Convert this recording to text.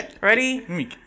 Ready